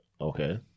Okay